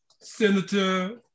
senator